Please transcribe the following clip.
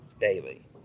daily